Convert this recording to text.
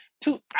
two